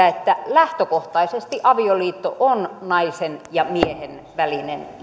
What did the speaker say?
että lähtökohtaisesti avioliitto on naisen ja miehen välinen